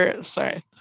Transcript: sorry